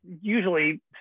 usually